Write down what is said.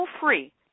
free